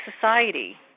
society